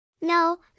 No